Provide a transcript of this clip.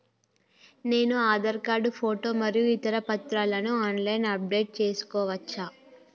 నేను Aadhaar card photo మరియు ఇతర పత్రాలను ఆన్ లైన్ అప్ డెట్ చేసుకోవచ్చా?